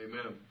Amen